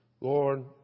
Lord